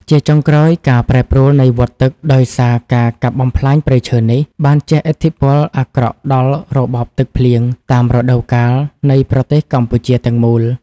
ជាចុងក្រោយ ការប្រែប្រួលនៃវដ្តទឹកដោយសារការកាប់បំផ្លាញព្រៃឈើនេះ បានជះឥទ្ធិពលអាក្រក់ដល់របបទឹកភ្លៀងតាមរដូវកាលនៃប្រទេសកម្ពុជាទាំងមូល។